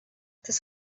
tas